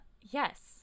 yes